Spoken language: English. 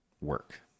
work